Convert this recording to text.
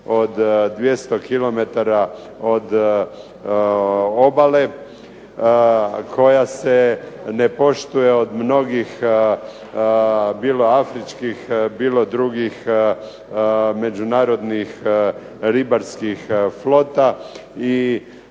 od 200 kilometara od obale, koja se ne poštuje od mnogih bilo afričkih, bilo drugih međunarodnih ribarskih flota, i